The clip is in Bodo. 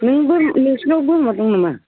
नोंसोरनाव बोरमा दं नामा